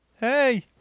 hey